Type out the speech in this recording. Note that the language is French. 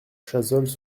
chazolles